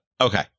okay